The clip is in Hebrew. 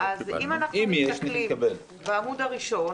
יש בפניכם את הטבלה, בעמוד הראשון